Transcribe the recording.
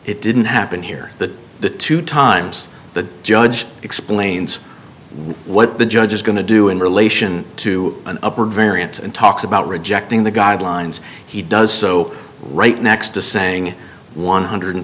it didn't happen here that the two times the judge explains what the judge is going to do in relation to an upward variance and talks about rejecting the guidelines he does so right next to saying one hundred